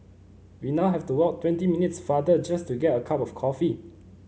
we now have to walk twenty minutes farther just to get a cup of coffee